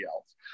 else